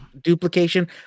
duplication